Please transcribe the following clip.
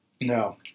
No